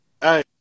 Hey